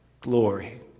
glory